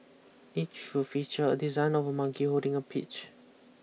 each will feature a design of a monkey holding a peach